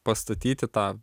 pastatyti tą